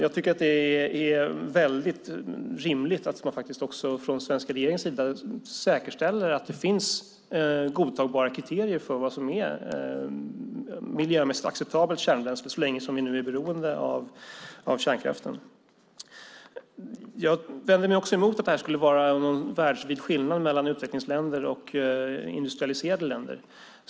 Jag tycker att det är väldigt rimligt att man också från den svenska regeringens sida säkerställer att det finns godtagbara kriterier för vad som är miljömässigt acceptabelt kärnbränsle så länge vi nu är beroende av kärnkraften. Jag vänder mig också emot att det skulle vara någon världsvid skillnad mellan utvecklingsländer och industrialiserade länder.